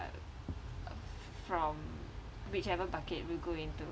uh from whichever bucket will go into